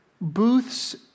booths